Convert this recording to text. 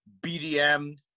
BDM